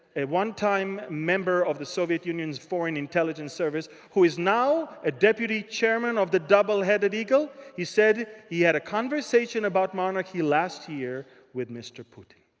a one-time member of the soviet union's foreign intelligence service who is now a deputy chairman of the double-headed eagle. he said he had a conversation about monarchy last year with mr putin.